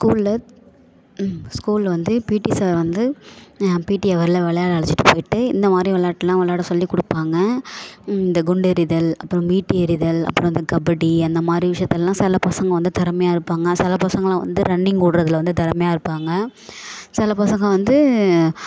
ஸ்கூலில் ஸ்கூலில் வந்து பீடி சார் வந்து பீடி ஹவரில் விளையாட அழைச்சிட்டு போயிட்டு இந்தமாதிரி விளாட்டுலாம் விளாட சொல்லி கொடுப்பாங்க இந்த குண்டெறிதல் அப்புறம் ஈட்டி எறிதல் அப்புறம் அந்த கபடி அந்தமாதிரி விஷயத்துலெல்லாம் சில பசங்க வந்து திறமையா இருப்பாங்க சில பசங்களும் வந்து ரன்னிங் ஓடுறதுல வந்து திறமையா இருப்பாங்க சில பசங்க வந்து